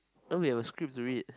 don't we have a script to read